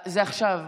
זה עכשיו.